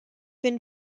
been